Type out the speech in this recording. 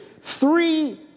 three